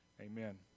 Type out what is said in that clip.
Amen